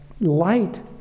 light